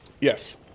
Yes